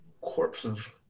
corpses